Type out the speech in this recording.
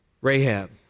Rahab